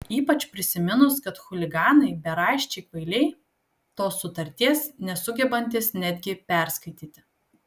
ypač prisiminus kad chuliganai beraščiai kvailiai tos sutarties nesugebantys netgi perskaityti